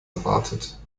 erwartet